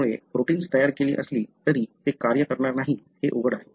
त्यामुळे प्रोटिन्स तयार केली असली तरी ते कार्य करणार नाही हे उघड आहे